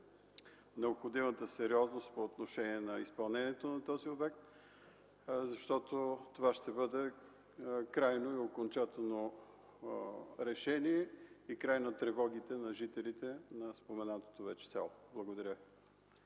необходимата сериозност по отношение изпълнението на този обект, защото това ще бъде крайно и окончателно решение и краят на тревогите за жителите на споменатото село. Благодаря